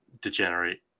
degenerate